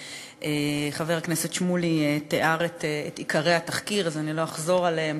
וחבר הכנסת שמולי תיאר את עיקרי התחקיר ולא אחזור עליהם,